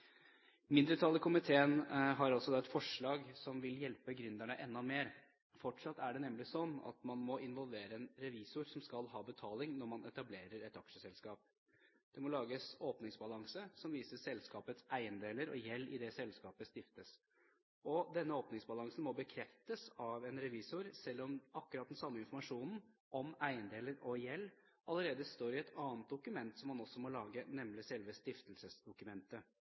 Mindretallet i komiteen har et forslag som vil hjelpe gründerne enda mer. Fortsatt er det nemlig sånn at man må involvere en revisor, som skal ha betaling, når man etablerer et aksjeselskap. Det må lages en åpningsbalanse som viser selskapets eiendeler og gjeld idet selskapet stiftes. Denne åpningsbalansen må bekreftes av en revisor, selv om akkurat den samme informasjonen om eiendeler og gjeld allerede står i et annet dokument som man også må lage, nemlig selve stiftelsesdokumentet.